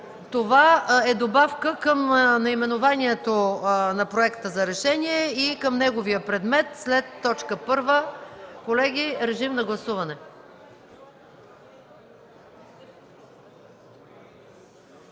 Това е добавка към наименованието на проекта за решение и към неговия предмет след точка първа. Моля, гласувайте.